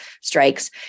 strikes